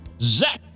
Zach